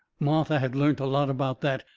martha had learnt a lot about that.